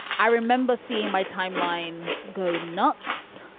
i remember seeing my timeline go nuts,